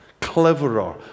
cleverer